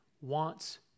wants